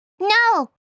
No